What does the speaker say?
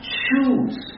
choose